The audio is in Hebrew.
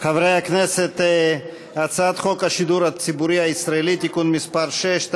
חוק השידור הציבורי הישראלי (תיקון מס' 6),